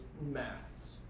Maths